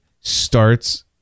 starts